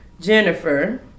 Jennifer